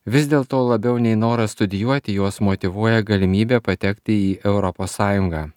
vis dėlto labiau nei noras studijuoti juos motyvuoja galimybė patekti į europos sąjungą